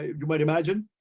you might imagine,